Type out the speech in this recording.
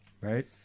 Right